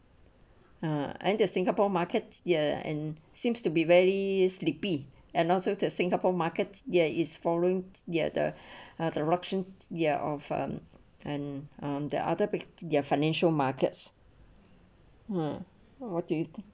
uh and the singapore market ya and seems to be very sleepy and also to singapore markets there is following the other other auction there of um and um the other with their financial markets mm what do you think